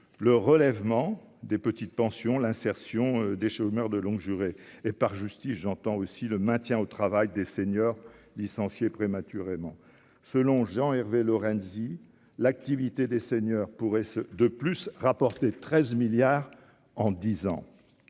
le relèvement des petites pensions l'insertion des chômeurs de longue durée et par justice j'entends aussi le maintien au travail des seniors licenciés prématurément selon Jean Hervé Lorenzi, l'activité des seniors pourraient se de plus rapporter 13 milliards en disant